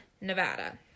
Nevada